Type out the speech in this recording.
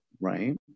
right